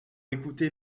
écouter